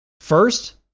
First